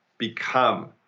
become